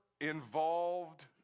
involved